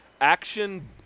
Action